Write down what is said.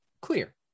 clear